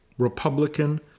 Republican